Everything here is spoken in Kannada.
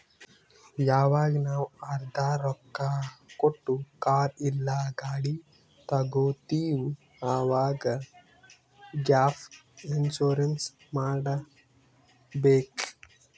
ಯವಾಗ್ ನಾವ್ ಅರ್ಧಾ ರೊಕ್ಕಾ ಕೊಟ್ಟು ಕಾರ್ ಇಲ್ಲಾ ಗಾಡಿ ತಗೊತ್ತಿವ್ ಅವಾಗ್ ಗ್ಯಾಪ್ ಇನ್ಸೂರೆನ್ಸ್ ಮಾಡಬೇಕ್